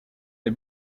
des